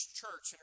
church